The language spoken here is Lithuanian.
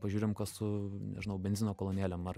pažiūrim kas su nežinau benzino kolonėlėm ar